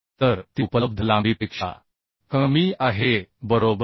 तर ती उपलब्ध लांबीपेक्षा कमी आहे बरोबर